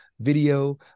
video